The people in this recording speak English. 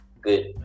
good